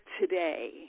today